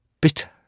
Bitter